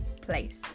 place